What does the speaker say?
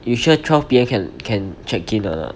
you sure twelve P M can can check in or not